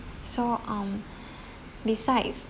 so um besides